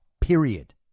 period